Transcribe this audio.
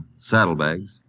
saddlebags